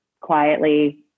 quietly